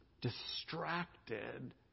distracted